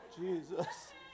jesus